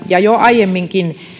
ja jo aiemminkin